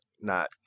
not-